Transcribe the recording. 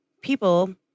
people